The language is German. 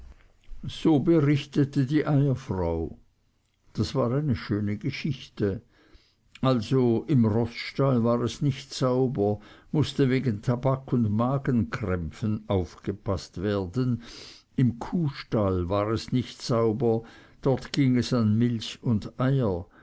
so berichtete die eierfrau das war eine schöne geschichte also im roßstall war es nicht sauber mußte wegen tabak und magenkrämpfen aufgepaßt werden im kuhstall war es nicht sauber dort ging es an milch und eier